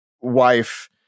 wife